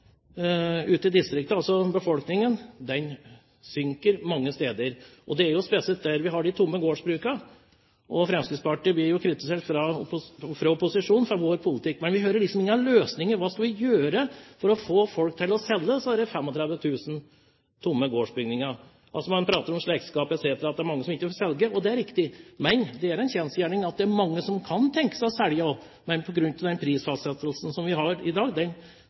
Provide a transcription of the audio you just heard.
befolkningen synker mange steder. Det er spesielt der vi har de store gårdsbrukene. Fremskrittspartiet blir kritisert fra opposisjonen for vår politikk, men vi hører ikke noe om løsninger, om hva vi skal gjøre for å få folk til å selge disse 35 000 tomme gårdsbygningene. Man prater om slektskap osv., og at det er mange som ikke vil selge. Det er riktig. Men det er en kjensgjerning at det er mange som kan tenke seg å selge. Men på grunn av den prisfastsettelsen i landbrukspolitikken vi har i dag,